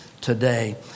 today